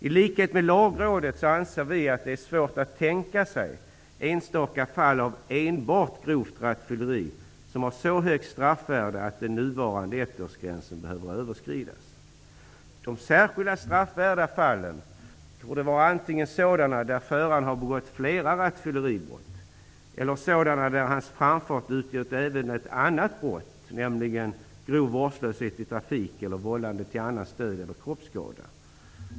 I likhet med Lagrådet anser vi att det är svårt att tänka sig enstaka fall av enbart grovt rattfylleri som har så högt straffvärde, att den nuvarande ettårsgränsen behöver överskridas. De särskilt straffvärda fallen torde vara antingen sådana där föraren har begått flera rattfylleribrott eller sådana där hans framfart utgjort även ett annat brott, nämligen grov vårdslöshet i trafiken eller vållande till annans död eller kroppsskada.